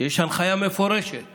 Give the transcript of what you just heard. מפורשת